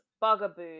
Bugaboo